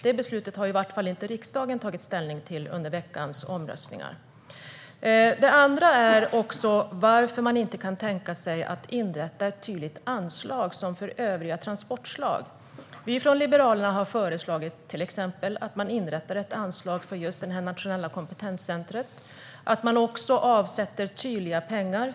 Det beslutet har i varje fall inte riksdagen tagit ställning till under veckans omröstningar. Det andra är varför man inte kan tänka sig att inrätta ett tydligt anslag som för övriga transportslag. Vi från Liberalerna har till exempel föreslagit att man inrättar ett anslag för just det nationella kompetenscentret och att man avsätter tydliga pengar.